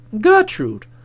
Gertrude